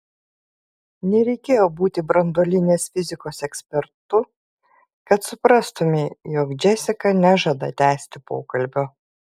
nereikėjo būti branduolinės fizikos ekspertu kad suprastumei jog džesika nežada tęsti pokalbio